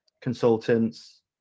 consultants